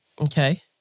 Okay